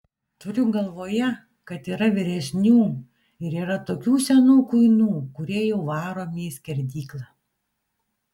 turiu galvoje kad yra vyresnių ir yra tokių senų kuinų kurie jau varomi į skerdyklą